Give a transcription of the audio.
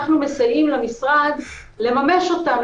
אנחנו מסייעים למשרד לממש אותם,